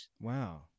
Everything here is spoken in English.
Wow